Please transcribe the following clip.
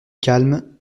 calme